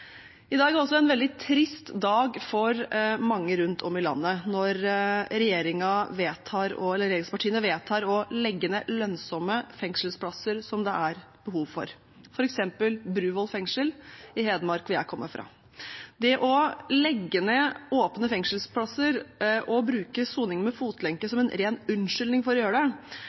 I dag er det også en veldig trist dag for mange rundt om i landet når regjeringspartiene vedtar å legge ned lønnsomme fengselsplasser, som det er behov for, f.eks. Bruvoll fengsel i Hedmark, hvor jeg kommer fra. Det å legge ned åpne fengselsplasser og bruke soning med fotlenke som en ren unnskyldning for å gjøre det,